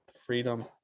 freedom